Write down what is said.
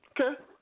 Okay